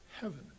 Heaven